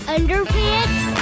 Underpants